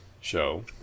show